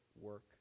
work